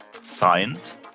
signed